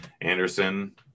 Anderson